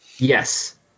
yes